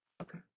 Okay